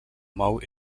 mou